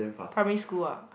primary school ah